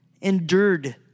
endured